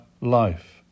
life